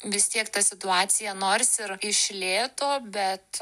vis tiek ta situacija nors ir iš lėto bet